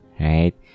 right